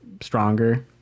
stronger